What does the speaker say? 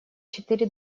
четыре